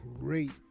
great